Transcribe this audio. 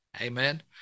Amen